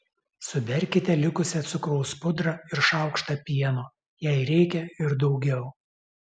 suberkite likusią cukraus pudrą ir šaukštą pieno jei reikia ir daugiau